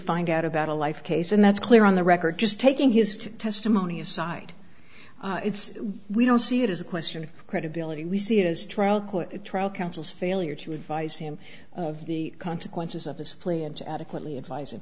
find out about a life case and that's clear on the record just taking his testimony aside it's we don't see it as a question of credibility we see it as trial court trial counsel's failure to advice him of the consequences of his plea and to adequately advis